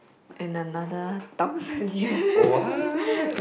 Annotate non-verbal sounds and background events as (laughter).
and another thousand years (laughs)